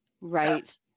Right